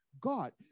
God